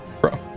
Bro